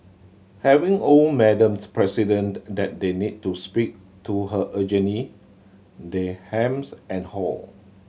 having old Madams President that they need to speak to her urgently they hems and haw